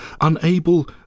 unable